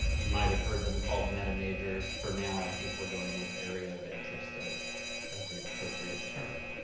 you might have heard them and called meta-majors, for now i think we're going with area of interest as as the appropriate term.